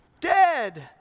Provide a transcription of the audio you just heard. dead